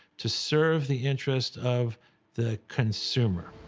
to serve the interest of the consumer.